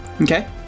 Okay